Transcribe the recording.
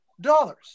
dollars